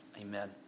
amen